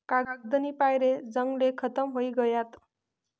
कागदनी पायरे जंगले खतम व्हयी गयात